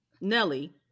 Nelly